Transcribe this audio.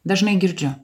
dažnai girdžiu